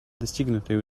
достигнутые